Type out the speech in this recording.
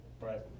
Right